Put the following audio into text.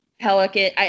Pelican